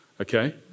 okay